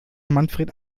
manfred